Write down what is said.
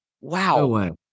Wow